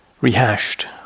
rehashed